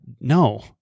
No